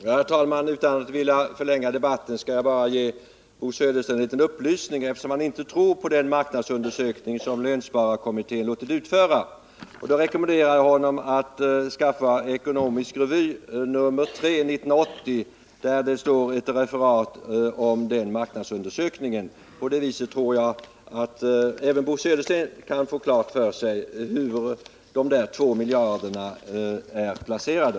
Herr talman! Jag skall inte förlänga debatten ytterligare, men jag vill ändå ge Bo Södersten en liten upplysning, eftersom han inte tror på den marknadsundersökning som lönspararkommittén låtit utföra. Jag rekommenderar honom att skaffa Ekonomisk Revy nr 3 1980, där det finns ett referat om den marknadsundersökningen. På det viset tror jag att även Bo Södersten kan få klart för sig hur de två miljarderna är placerade.